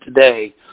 today